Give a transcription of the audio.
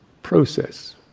process